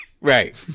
Right